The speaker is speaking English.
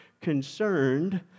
concerned